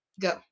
go